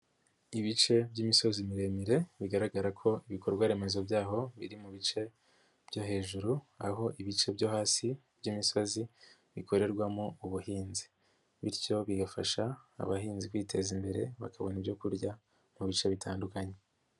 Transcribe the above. Ibice by'imisozi miremire bigaragara ko ibikorwa remezo by'aho biri mu bice byo hejuru aho ibice byo hasi by'imisozi bikorerwamo ubuhinzi bityo bigafasha abahinzi kwiteza imbere bakabona ibyo kurya mu bice bitandukanye.